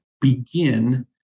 begin